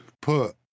put